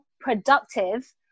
productive